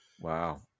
Wow